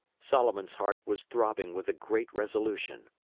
solomon's heart was throbbing with a great resolution.